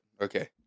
Okay